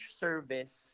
service